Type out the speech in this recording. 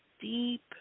deep